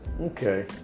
Okay